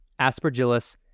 aspergillus